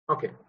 Okay